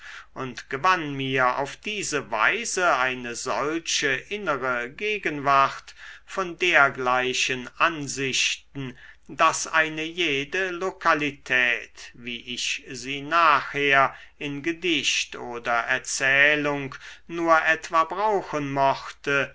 und gewann mir auf diese weise eine solche innere gegenwart von dergleichen ansichten daß eine jede lokalität wie ich sie nachher in gedicht oder erzählung nur etwa brauchen mochte